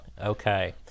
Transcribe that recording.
Okay